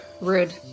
Rude